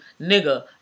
nigga